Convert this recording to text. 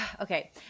okay